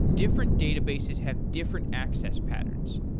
different databases have different access patterns.